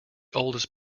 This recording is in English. oldest